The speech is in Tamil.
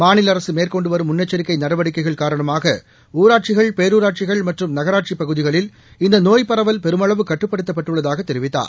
மாநிலஅரசுமேற்கொண்டுவரும் முன்னெச்சரிக்கைநடவடிக்கைகள் காரணமாகஊராட்சிகள் பேரூராட்சிகள் மற்றும் நகராட்சிப் பகுதிகளில் இநதநோய் பரவல் பெருமளவு கட்டுப்படுத்தப்பட்டுள்ளதாகத் தெரிவித்தார்